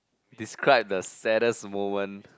describe the saddest moment